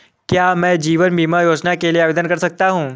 क्या मैं जीवन बीमा योजना के लिए आवेदन कर सकता हूँ?